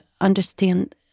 understand